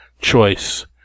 choice